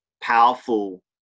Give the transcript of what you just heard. powerful